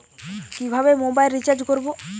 কিভাবে mobile recharge করব?